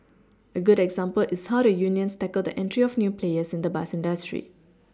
a good example is how the unions tackled the entry of new players in the bus industry